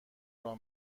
راه